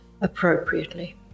appropriately